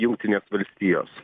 jungtinės valstijos